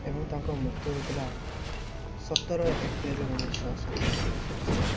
ଏବଂ ତାଙ୍କ ମୃତ୍ୟୁ ହୋଇଥିଲା ସତର ଏପ୍ରିଲ ଉଣେଇଶିଶହ ସତାନବେ ମସିହାରେ ସେ